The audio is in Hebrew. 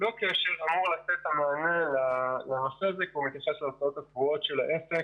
--- לתת את המענה לנושא הזה כי הוא מתייחס להוצאות הקבועות של העסק